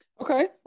Okay